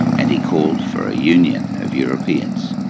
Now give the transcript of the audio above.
and he called for a union of europeans.